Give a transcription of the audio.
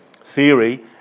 theory